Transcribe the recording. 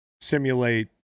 simulate